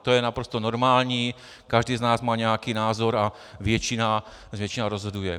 To je naprosto normální, každý z nás má nějaký názor a většina rozhoduje.